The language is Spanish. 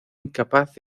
incapaz